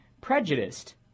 prejudiced